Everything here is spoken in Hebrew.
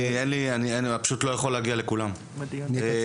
"הגל